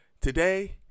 today